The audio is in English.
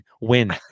win